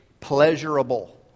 Pleasurable